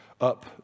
up